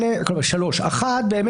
האחת,